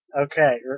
Okay